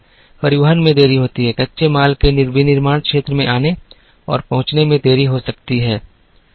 परिवहन में देरी होती है कच्चे माल के विनिर्माण क्षेत्र में आने और पहुंचने में देरी हो सकती है